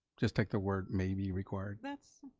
just take the word may be required. that's